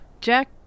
Jack